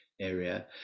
area